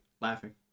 laughing